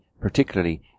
particularly